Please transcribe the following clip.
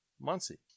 Muncie